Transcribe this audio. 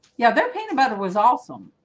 yeah their paint about it was awesome